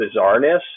bizarreness